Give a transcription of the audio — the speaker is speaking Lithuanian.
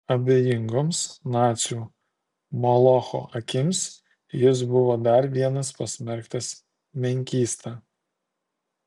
abejingoms nacių molocho akims jis buvo dar vienas pasmerktas menkysta